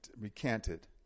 recanted